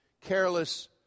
careless